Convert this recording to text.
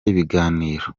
ibiganiro